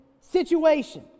situation